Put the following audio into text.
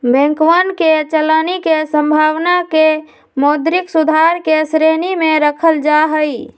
बैंकवन के चलानी के संभावना के मौद्रिक सुधार के श्रेणी में रखल जाहई